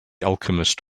alchemist